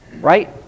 right